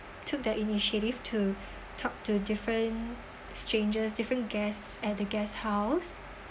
took the initiative to talk to different strangers different guests at the guesthouse